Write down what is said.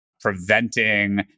preventing